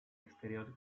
exterior